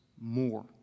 more